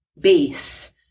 base